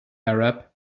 arab